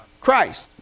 Christ